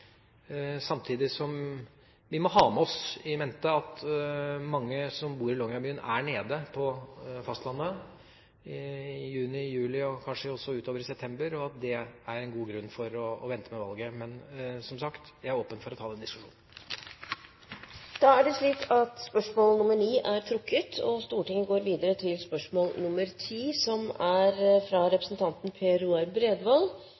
samtidig som vi må ha i mente at mange som bor i Longyearbyen, er på fastlandet i juni, juli, august og kanskje også utover i september, og at dét er en god grunn for å vente med valget. Men, som sagt, jeg er åpen for å ta den diskusjonen. Dette spørsmålet er trukket tilbake. Jeg ønsker å stille følgende spørsmål til landbruks- og matministeren: «Antall gårdsbruk reduseres for hver dag, og